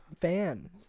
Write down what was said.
fan